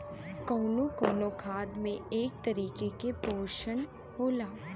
कउनो कउनो खाद में एक तरीके के पोशन होला